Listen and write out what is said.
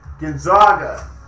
Gonzaga